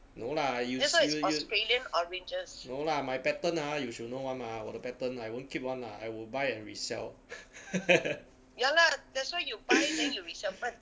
no lah you you you no lah my pattern ah you should know [one] mah 我的 pattern I won't keep [one] lah I will buy and resell